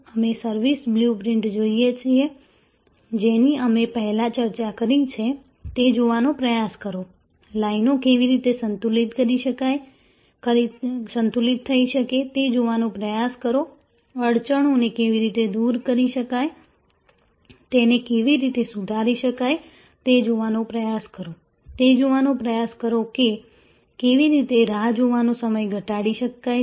અમે service blueprint જોઈએ છીએ જેની અમે પહેલાં ચર્ચા કરી છે તે જોવાનો પ્રયાસ કરો લાઈનો કેવી રીતે સંતુલિત થઈ શકે તે જોવાનો પ્રયાસ કરો અડચણો ને કેવી રીતે દૂર કરી શકાય તેને કેવી રીતે સુધારી શકાય તે જોવાનો પ્રયાસ કરો તે જોવાનો પ્રયાસ કરો કે કેવી રીતે રાહ જોવાનો સમય ઘટાડી શકાય છે